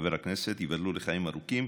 חבר הכנסת, ייבדל לחיים ארוכים.